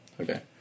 Okay